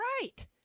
right